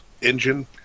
engine